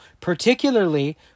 Particularly